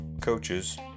coaches